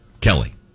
Kelly